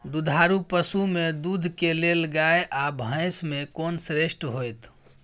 दुधारू पसु में दूध के लेल गाय आ भैंस में कोन श्रेष्ठ होयत?